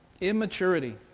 Immaturity